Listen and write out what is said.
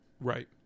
right